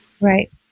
right